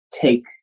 take